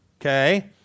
Okay